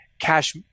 cash